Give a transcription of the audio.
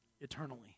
eternally